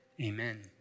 Amen